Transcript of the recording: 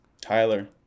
Tyler